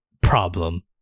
problem